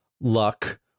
luck